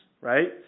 right